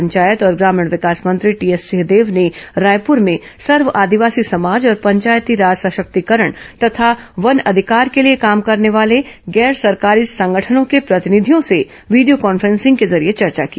पंचायत और ग्रामीण विकास मंत्री टीएस सिंहदेव ने आज रायपूर में सर्व आदिवासी समाज और पंचायती राज सशक्तिकरण तथा वन अधिकार के लिए काम करने वाले गैर सरकारी संगठनों के प्रतिनिधियों से वीडियों कॉन्फ्रेंसिंग के जरिये चर्चा की